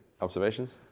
Observations